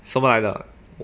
什么来的